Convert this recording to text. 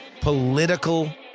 political